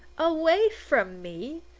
away from me?